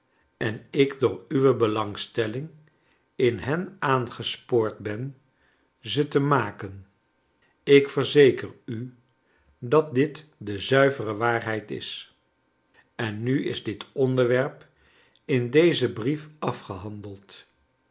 en ik door uwe belangs telling in hen aangespoord ben ze te maken ik verzeker u dat dit de zuivere waarheid is en nu is dit onderwerp in dezen brief afgehandeld